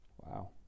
Wow